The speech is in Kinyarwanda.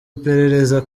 iperereza